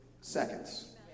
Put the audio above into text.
Seconds